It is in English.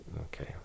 okay